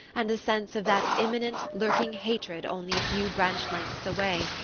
and the sense of that imminent lurking hatred only a few branch-lengths away,